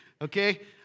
okay